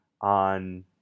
on